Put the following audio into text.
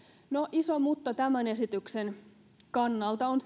iso mutta tämän esityksen kannalta on